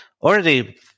already